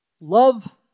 love